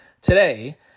today